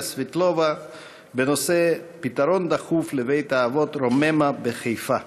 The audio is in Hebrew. סבטלובה בנושא: פתרון דחוף לבית-האבות "רוממה" בחיפה.